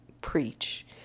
preach